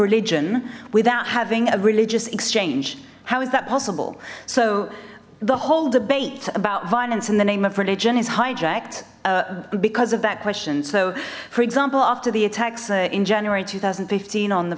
religion without having a religious exchange how is that possible so the whole debate about violence in the name of religion is hijacked because of that question so for example after the attacks in january two thousand and fifteen on the